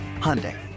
Hyundai